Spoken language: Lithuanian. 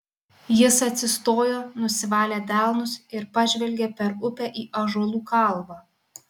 jis atsistojo nusivalė delnus ir pažvelgė per upę į ąžuolų kalvą